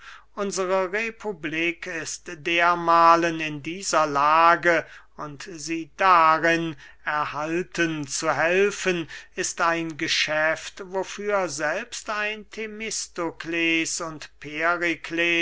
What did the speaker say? unsere republik ist dermahlen in dieser lage und sie darin erhalten zu helfen ist ein geschäft wofür selbst ein themistokles und